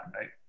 right